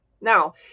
Now